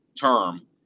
term